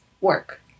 work